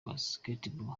basketball